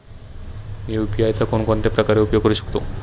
मी UPI चा कोणकोणत्या प्रकारे उपयोग करू शकतो?